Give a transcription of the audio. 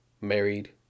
married